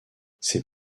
ses